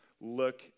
look